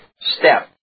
step